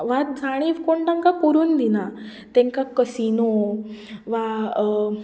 वा जाणीव कोण तांकां करून दिना तेंका कसिनो वा